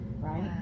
right